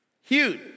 Huge